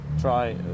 try